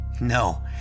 No